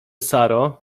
saro